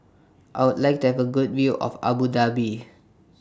I Would like to Have A Good View of Abu Dhabi